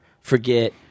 forget